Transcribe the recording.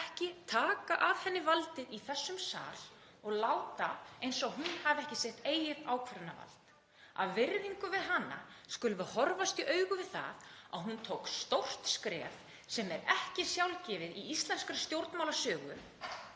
ekki taka af henni valdið í þessum sal og láta eins og hún hafi ekki sitt eigið ákvarðanavald. Af virðingu við hana skulum við horfast í augu við það að hún tók stórt skref, sem er ekki sjálfgefið í íslenskri stjórnmálasögu,